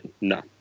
no